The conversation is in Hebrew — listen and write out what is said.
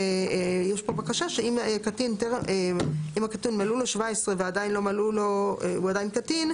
ויש פה בקשה שאם הקטין מלאו לו 17 והוא עדיין קטין,